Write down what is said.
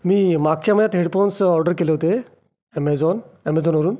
मी मागच्या महिन्यात headphones order केले होते ॲमेझॉन ॲमेझॉनवरून